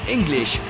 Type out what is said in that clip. English